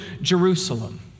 Jerusalem